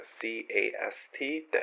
C-A-S-T